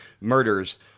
murders